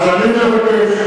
אז אני מבקש,